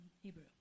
Hebrew